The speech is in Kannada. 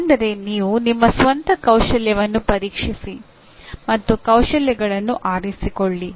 ಅಂದರೆ ನೀವು ನಿಮ್ಮ ಸ್ವಂತ ಕೌಶಲ್ಯವನ್ನು ಪರೀಕ್ಷಿಸಿ ಮತ್ತು ಕೌಶಲ್ಯಗಳನ್ನು ಆರಿಸಿಕೊಳ್ಳಿ